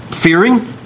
fearing